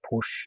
push